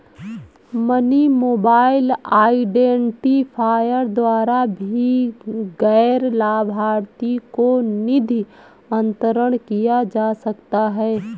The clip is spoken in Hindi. मनी मोबाइल आईडेंटिफायर द्वारा भी गैर लाभार्थी को निधि अंतरण किया जा सकता है